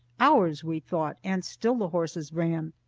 hours, we thought, and still the horses ran.